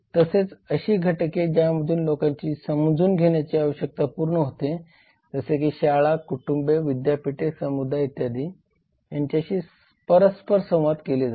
तसेच अशी घटके ज्यामधून लोकांची समजून घेण्याची आवश्यकता पूर्ण होते जसे की शाळा कुटुंबे विद्यापीठे समुदाय इत्यादी यांच्याशी परस्पर संवाद केले जाते